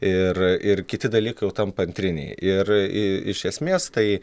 ir ir kiti dalykai jau tampa antriniai ir i iš esmės tai